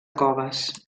coves